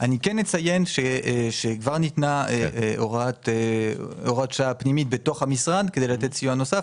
כן אציין שכבר ניתנה הוראת שעה פנימית בתוך המשרד כדי לתת סיוע נוסף,